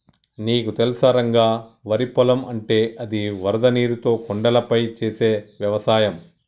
నీకు తెలుసా రంగ వరి పొలం అంటే అది వరద నీరుతో కొండలపై చేసే వ్యవసాయం